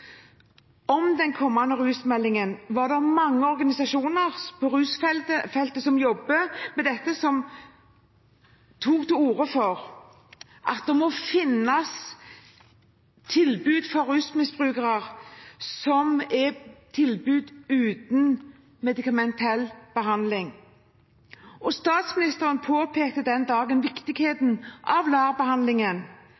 om den kommende rusmeldingen var det mange organisasjoner på rusfeltet som jobber med dette som tok til orde for at det for rusmiddelmisbrukere må finnes tilbud uten medikamentell behandling. Statsministeren påpekte den dagen viktigheten av